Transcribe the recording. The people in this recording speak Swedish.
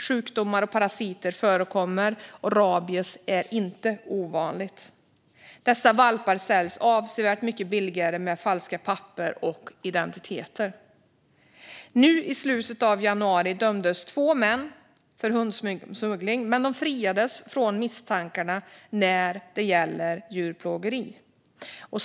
Sjukdomar och parasiter förekommer, och rabies är inte ovanligt. Dessa valpar säljs avsevärt mycket billigare med falska papper och falska identiteter. I slutet av januari dömdes två män för hundsmuggling, men de friades från misstankarna om djurplågeri.